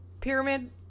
pyramid